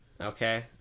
Okay